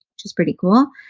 which is pretty cool.